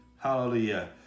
Hallelujah